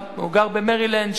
הוא גר במרילנד,